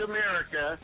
America